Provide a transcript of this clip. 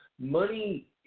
Money